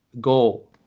goal